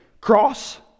cross